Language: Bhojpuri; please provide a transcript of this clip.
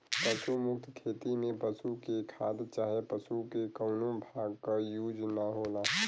पशु मुक्त खेती में पशु के खाद चाहे पशु के कउनो भाग क यूज ना होला